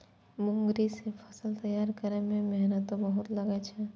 मूंगरी सं फसल तैयार करै मे मेहनतो बहुत लागै छै